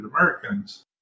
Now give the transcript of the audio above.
Americans